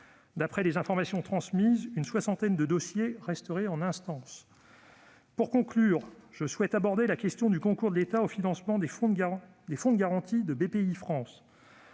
D'après les informations transmises, une soixantaine de dossiers resterait en instance. Pour conclure, je souhaite aborder la question du concours de l'État au financement des fonds de garantie de Bpifrance.